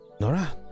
Nora